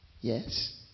Yes